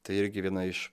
tai irgi viena iš